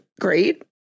great